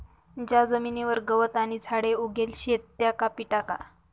ज्या जमीनवर गवत आणि झाडे उगेल शेत त्या कापी टाका